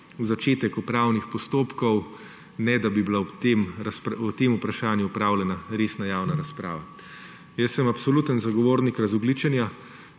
začetek upravnih postopkov, ne da bi bila o tem vprašanju opravljena resna javna razprava. Sam sem absoluten zagovornik razogljičenja,